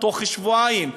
תוך שבועיים,